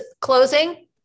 closing